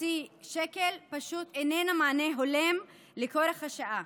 חצי שקל פשוט איננה מענה הולם לכורח השעה.